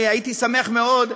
אני הייתי שמח מאוד,